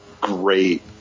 great